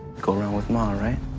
go around with ma, alright?